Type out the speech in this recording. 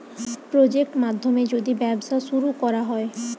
project মাধ্যমে যদি ব্যবসা শুরু করা হয়